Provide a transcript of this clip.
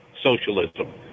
socialism